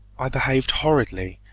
i behaved horridly,